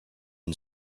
and